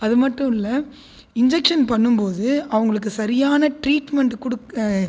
அதுமட்டும் இல்லை இன்ஜக்ஷன் பண்ணும் போது அவங்களுக்கு சரியான ட்ரீட்மென்ட் கொடுக்க